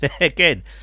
again